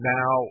Now